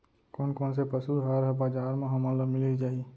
कोन कोन से पसु आहार ह बजार म हमन ल मिलिस जाही?